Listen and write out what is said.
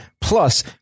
Plus